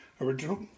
original